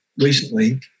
recently